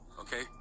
okay